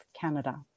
Canada